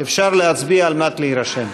אפשר להצביע כדי להירשם.